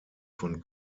von